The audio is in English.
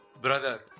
Brother